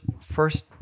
first